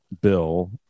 bill